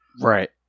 Right